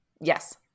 Yes